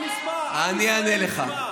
אני אענה לך.